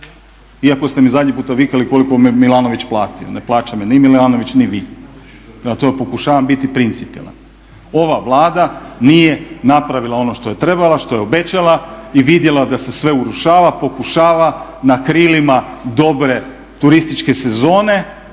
Iako ste mi zadnji puta vikali koliko me Milanović platio. Ne plaća me ni Milanović ni vi. Prema tome pokušavam biti principijelan. Ova Vlada nije napravila ono što je trebala, što je obećala i vidjela da se sve urušava, pokušava na krilima dobre turističke sezone